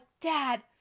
Dad